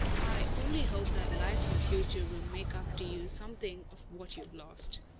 i only hope that life in the future will make up to you something of what you have lost.